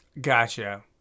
Gotcha